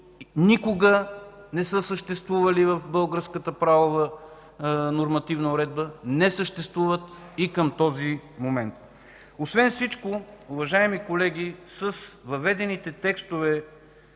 никога не са съществували в българската правова нормативна уредба, не съществуват и към този момент. Уважаеми колеги, с въведените текстове